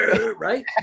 right